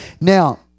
Now